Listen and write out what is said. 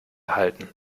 halten